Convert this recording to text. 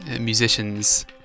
musicians